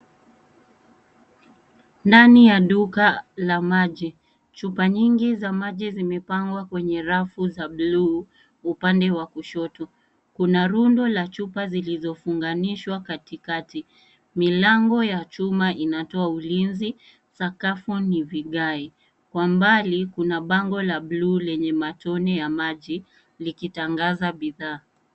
Ndani ya duka la maji. Chupa nyingi za maji zimepangwa kwenye rafu za bluu upande wa kushoto. Kuna rundo la chupa zilizofunganishwa katikati. Milango ya chuma inatoa ulinzi, sakafu ni vigae. Kwa mbali, bango ya bluu lenye matone ya maji likitangaza bidhaa.